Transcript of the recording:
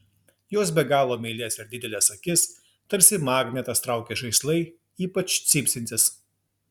jos be galo meilias ir dideles akis tarsi magnetas traukia žaislai ypač cypsintys